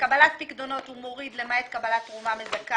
בקבלת פיקדונות הוא מוריד "למעט קבלת תרומה מזכה"